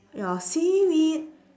your seaweed